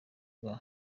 rwa